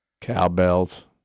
Cowbells